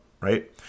right